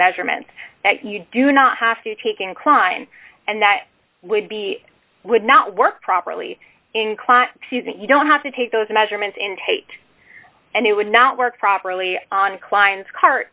measurements that you do not have to take an incline and that would be would not work properly in class you don't have to take those measurements in tate and it would not work properly on klein's cart